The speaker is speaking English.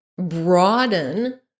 broaden